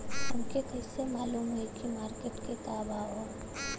हमके कइसे मालूम होई की मार्केट के का भाव ह?